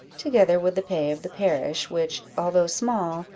together with the pay of the parish, which, although small,